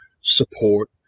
support